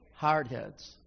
Hardheads